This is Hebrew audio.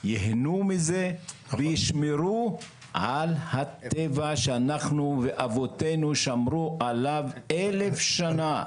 ייהנו מזה וישמרו על הטבע שאנחנו ואבותינו שמרו עליו אלף שנה.